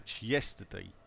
yesterday